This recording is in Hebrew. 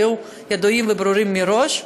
היו ידועות וברורות מראש,